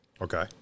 Okay